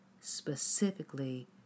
specifically